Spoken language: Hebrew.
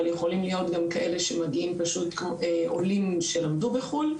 אבל יכולים להיות גם כאלה עולים שלמדו בחו"ל.